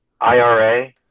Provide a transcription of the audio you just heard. IRA